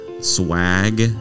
swag